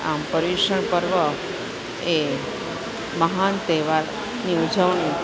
આમ પર્યુષણપર્વ એ મહાન તહેવારની ઉજવણી